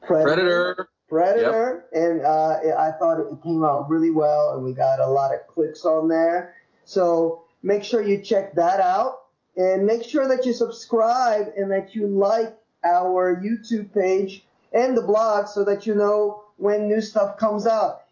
predator predator and i thought it came out really well and we got a lot of clicks on there so make sure you check that out and make sure that you subscribe and make you like our youtube page and the blog so that you know when new stuff comes up,